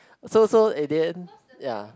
so so in the end ya